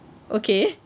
okay